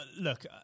look